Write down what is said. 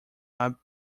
are